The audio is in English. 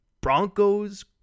Broncos